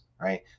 Right